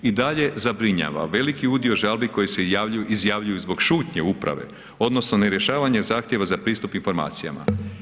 I dalje zabrinjava veliki udio žalbi koje se izjavljuju zbog šutnje uprave, odnosno ne rješavanje zahtjeva za pristup informacijama.